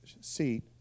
seat